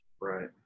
right